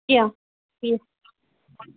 کیٚنٛہہ ٹھیٖک